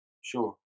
Sure